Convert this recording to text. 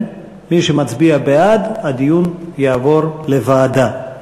מי שמצביע בעד, הדיון יעבור לוועדה.